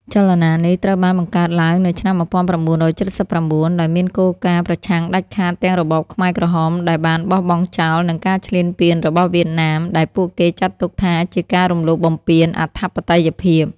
ចលនានេះត្រូវបានបង្កើតឡើងនៅឆ្នាំ១៩៧៩ ដោយមានគោលការណ៍ប្រឆាំងដាច់ខាតទាំងរបបខ្មែរក្រហមដែលបានបោះបង់ចោល និងការឈ្លានពានរបស់វៀតណាម ដែលពួកគេចាត់ទុកថាជាការរំលោភបំពានអធិបតេយ្យភាព។